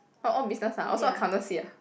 orh all business ah also accountancy ah`